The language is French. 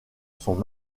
sont